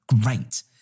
Great